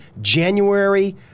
January